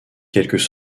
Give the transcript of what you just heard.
quelques